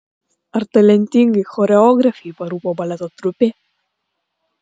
ar talentingai choreografei parūpo baleto trupė